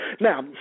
Now